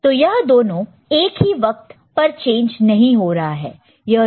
तो यह दोनों एक ही वक्त पर चेंज नहीं हो रहा है